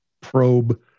probe